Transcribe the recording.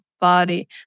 body